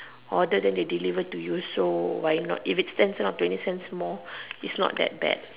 order then they deliver to you so why not if it's ten cents or twenty cents more it's not that bad